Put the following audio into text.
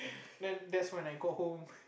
man that's when I got home